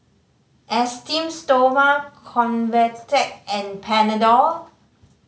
Esteem Stoma Convatec and Panadol